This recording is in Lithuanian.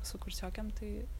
su kursiokėm tai